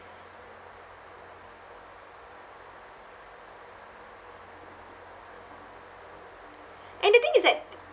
and the thing is that